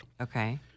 Okay